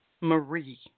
Marie